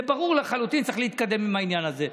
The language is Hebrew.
וברור לחלוטין שצריך להתקדם עם העניין הזה.